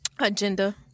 agenda